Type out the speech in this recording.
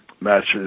matches